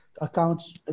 accounts